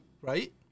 Right